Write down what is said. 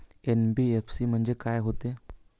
NBFC म्हणजे का होते?